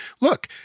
look –